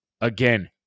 Again